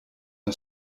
een